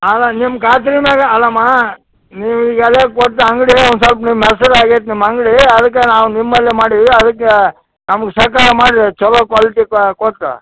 ಅಲ್ಲ ನಿಮ್ಮ ಖಾತ್ರಿ ಮ್ಯಾಗ ಅಲ್ಲಮ್ಮ ನೀವು ಎಲ್ಲ ಕೊಟ್ಟು ಅಂಗಡಿ ಒಂದು ಸೊಲ್ಪ ನಿಮ್ಮ ಹೆಸ್ರು ಆಗೇತಿ ನಿಮ್ಮ ಅಂಗಡಿ ಅದಕ್ಕೆ ನಾವು ನಿಮ್ಮಲ್ಲಿ ಮಾಡಿವಿ ಅದಿಕ್ಕೆ ನಮ್ಗೆ ಸಹಕಾರ ಮಾಡಿರಿ ಚೊಲೋ ಕ್ವಾಲಿಟಿ ಕೊಟ್ಟು